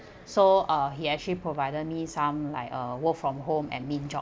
so uh he actually provided me some like uh work from home admin job